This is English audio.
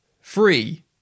Free